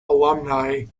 alumni